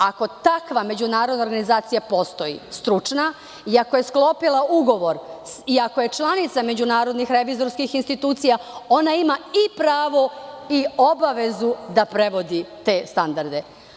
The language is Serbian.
Ako takva međunarodna organizacija postoji stručna, i ako je sklopila ugovor, i ako je članica međunarodnih revizorskih institucija, ona ima i pravo i obavezu da prevodi te standarde.